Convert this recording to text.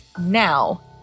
Now